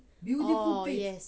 oh yes